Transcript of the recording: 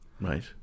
Right